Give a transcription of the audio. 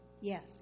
yes